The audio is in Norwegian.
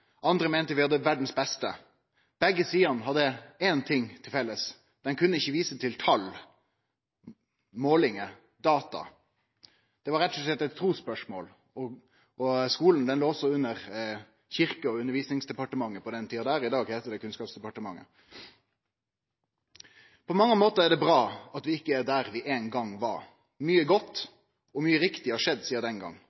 andre meinte vi hadde verdas beste. Begge sidene hadde ein ting til felles, dei kunne ikkje vise til tal, målingar og data, det var rett og slett eit trusspørsmål. Skulen låg under Kyrkje- og undervisningsdepartementet som det heitte på den tida, i dag heiter det Kunnskapsdepartementet. På mange måtar er det bra at vi ikkje er der vi ein gong var. Mykje